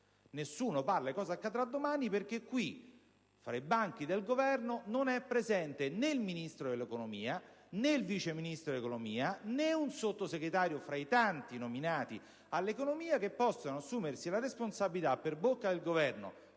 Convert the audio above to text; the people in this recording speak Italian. Nessuno dice che cosa accadrà domani, perché fra i banchi del Governo non sono presenti né il Ministro dell'economia né il vice Ministro dell'economia né un Sottosegretario fra i tanti nominati all'economia che possano assumersi per bocca del Governo